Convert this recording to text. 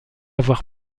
avoir